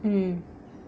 mm